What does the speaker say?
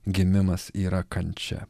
gimimas yra kančia